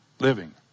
living